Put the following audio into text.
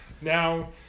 now